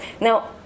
Now